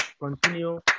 continue